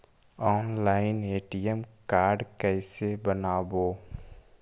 Online ATM card कैसे बनाबौ?